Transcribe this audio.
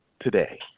Today